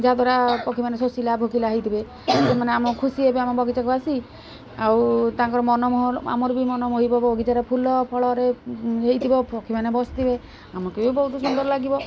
ଯାହାଦ୍ୱାରା ପକ୍ଷୀମାନେ ଶୋଷିଲା ଭୋକିଲା ହେଇଥିବେ ସେମାନେ ଆମ ଖୁସି ହେବେ ଆମ ବଗିଚାକୁ ଆସି ଆଉ ତାଙ୍କର ମନ ଆମର ବି ମନ ମୋହିବ ବଗିଚାରେ ଫୁଲ ଫଳରେ ହେଇଥିବ ପକ୍ଷୀମାନେ ବସିଥିବେ ଆମକୁ ବି ବହୁତ ସୁନ୍ଦର ଲାଗିବ